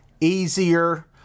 easier